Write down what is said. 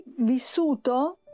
vissuto